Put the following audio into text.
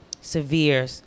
severe